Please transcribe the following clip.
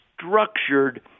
structured